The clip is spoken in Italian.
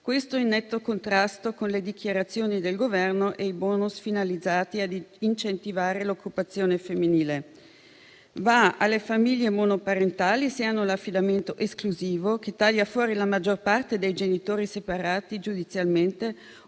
Questo è in netto contrasto con le dichiarazioni del Governo e i *bonus* finalizzati a incentivare l'occupazione femminile. Va alle famiglie monoparentali se hanno l'affidamento esclusivo, che taglia fuori la maggior parte dei genitori separati giudizialmente,